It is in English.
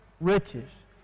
riches